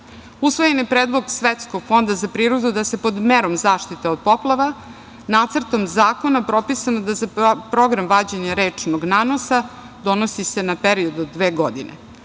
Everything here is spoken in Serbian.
svojini. Usvojen je predlog Svetskog fonda za prirodu da se pod merom zaštite od poplava… Nacrtom zakona je propisano da se program vađenja rečnog nanosa donosi na period od dve godine.